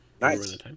Nice